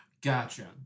Gotcha